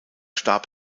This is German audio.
starb